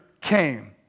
came